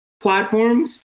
platforms